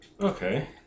Okay